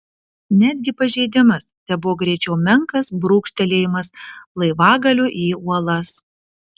netgi pažeidimas tebuvo greičiau menkas brūkštelėjimas laivagaliu į uolas